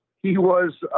he was,